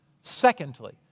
Secondly